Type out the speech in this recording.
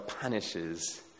punishes